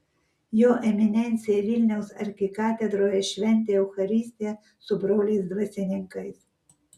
jo eminencija vilniaus arkikatedroje šventė eucharistiją su broliais dvasininkais